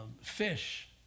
fish